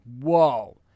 whoa